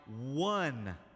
one